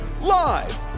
live